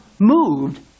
moved